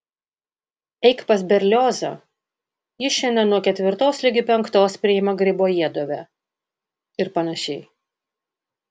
eik pas berliozą jis šiandien nuo ketvirtos ligi penktos priima gribojedove ir panašiai